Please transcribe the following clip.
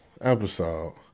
episode